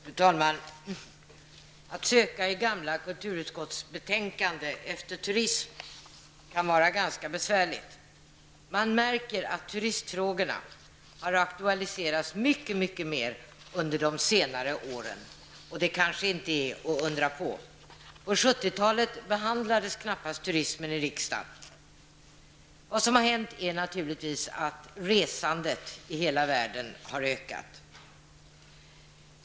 Fru talman! Att söka i gamla kulturutskottsbetänkanden efter turism kan vara ganska besvärligt. Man märker att turistfrågorna har aktualiserats i mycket högre grad under de senare åren, och det kanske inte är att undra på. På 70-talet behandlades knappast turismen i riksdagen. Vad som har hänt är naturligtvis att resandet i hela världen har ökat.